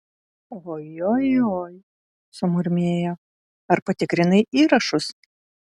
ojojoi sumurmėjo ar patikrinai įrašus